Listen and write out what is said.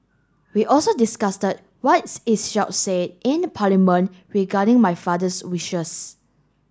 we also what say in Parliament regarding my father's wishes